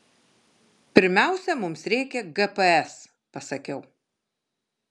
pirmiausia mums reikia gps pasakiau